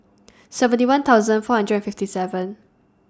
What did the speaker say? seventy one thousand four hundred and fifty seven